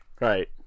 Right